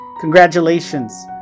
Congratulations